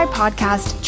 podcast